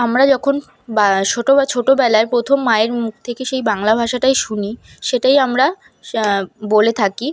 আমরা যখন ব্য সোটো বা ছোটোবেলায় প্রথম মায়ের মুখ থেকে সেই বাংলা ভাষাটাই শুনি সেটাই আমরা বলে থাকি